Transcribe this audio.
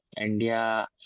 india